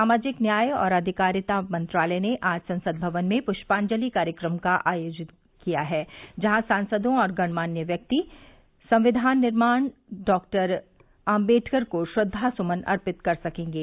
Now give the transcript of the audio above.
सामाजिक न्याय और आधिकारिता मंत्रालय ने आज संसद भवन में पृष्पांजलि कार्यक्रम आयोजित किया है जहां सांसदों और गणमान्य व्यक्ति संविधान निर्माण डॉक्टर आम्बेडकर को श्रद्वा सुमन अर्पित कर सकेंगे